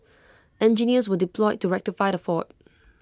engineers were deployed to rectify the fault